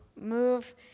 Move